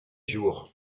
jours